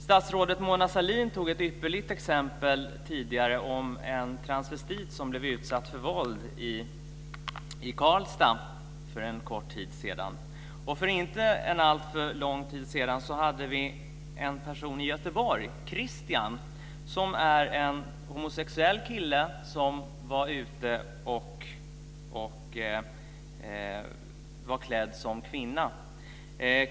Statsrådet Mona Sahlin tog upp ett ypperligt exempel tidigare om en transvestit som blev utsatt för våld i Karlstad för en kort tid sedan. För en inte alltför lång tid sedan var en person, Kristian, som är en homosexuell kille, ute i Göteborg, klädd som kvinna.